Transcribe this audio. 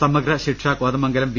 സമഗ്ര ശിക്ഷാ കോതമംഗലം ബി